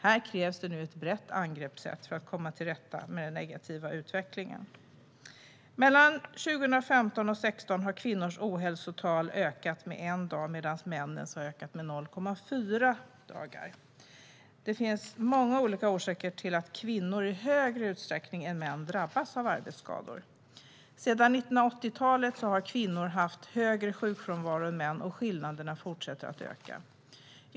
Här krävs det nu ett brett angreppssätt för att komma till rätta med den negativa utvecklingen. Mellan 2015 och 2016 har kvinnors ohälsotal och frånvaro ökat med 1 dag medan männens har ökat med 0,4 dagar. Det finns många olika orsaker till att kvinnor i större utsträckning än män drabbas av arbetsskador. Sedan 1980-talet har kvinnor haft högre sjukfrånvaro än män, och skillnaderna fortsätter att öka.